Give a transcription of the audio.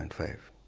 and five.